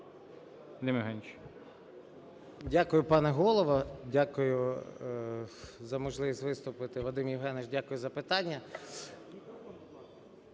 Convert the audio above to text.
Дякую, пане Голово. Дякую за можливість виступити. Вадим Євгенович, дякую за питання.